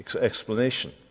explanation